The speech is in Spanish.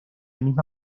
misma